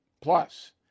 Plus